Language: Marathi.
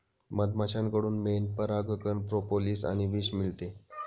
मधमाश्यांकडून मेण, परागकण, प्रोपोलिस आणि विष मिळते